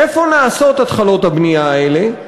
איפה נעשות התחלות הבנייה האלה,